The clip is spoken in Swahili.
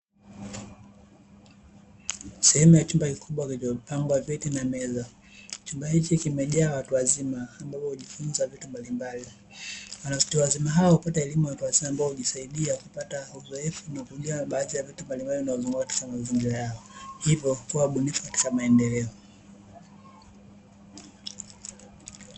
Sehemu ya chumba kikubwa kilichopangwa viti na meza. Chumba hiki kimejaa watu wazima ambapo hujifunza vitu mbalimbali. Watu wazima hao hupata elimu ya watu wazima ambayo hujisaidia kupata uzoefu na kukabiliana na vitu mbalimbali vinavyowazunguka katika maeneo yao, hivyo huwa wabunifu katika maendeleo.